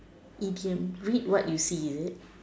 idioms read what you see is it